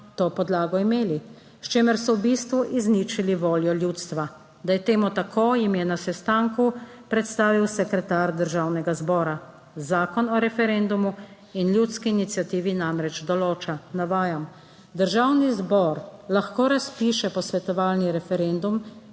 to podlago imeli, s čimer so v bistvu izničili voljo ljudstva. Da je temu tako, jim je na sestanku predstavil sekretar Državnega zbora. Zakon o referendumu in ljudski iniciativi namreč določa, navajam: "Državni zbor lahko razpiše posvetovalni referendum,